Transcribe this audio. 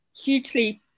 hugely